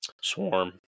swarm